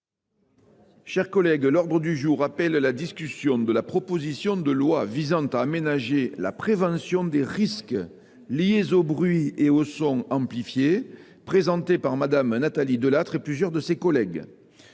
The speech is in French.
Cher collègue, l'ordre du jour appelle la discussion de la proposition de loi visant à aménager la prévention des risques liés au bruit et au son amplifiés, présenté par Madame Nathalie Delattre et plusieurs de ses collègues